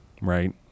right